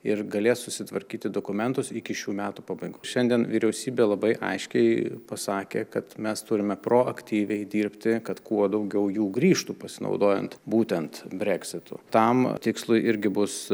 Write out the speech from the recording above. ir galės susitvarkyti dokumentus iki šių metų pabaigos šiandien vyriausybė labai aiškiai pasakė kad mes turime proaktyviai dirbti kad kuo daugiau jų grįžtų pasinaudojant būtent breksitu tam tikslui irgi bus